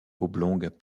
oblongues